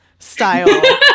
style